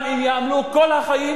גם אם יעמלו כל החיים,